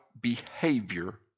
behavior